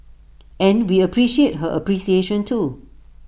and we appreciate her appreciation too